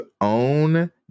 own